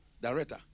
director